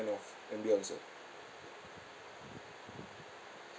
of ambiance uh